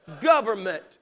government